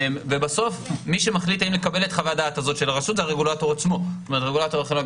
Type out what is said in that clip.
בסוף מי שמחליט האם לקבל את חוות הדעת הזאת של הרשות זה הרגולטור עצמו.